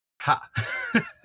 Ha